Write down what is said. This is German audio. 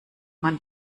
man